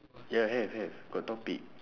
ya have have got topic